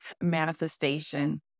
manifestation